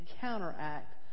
counteract